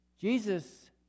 Jesus